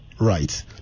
right